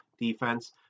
defense